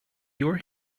your